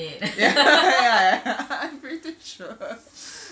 ya I'm pretty sure